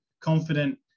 confident